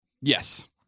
Yes